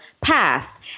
path